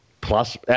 plus